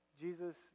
Jesus